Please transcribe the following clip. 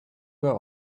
were